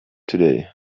today